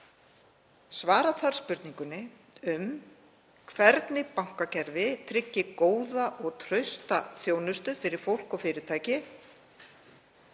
Svara þarf spurningunni um hvernig bankakerfi tryggi góða og trausta þjónustu við fólk og fyrirtæki.